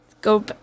go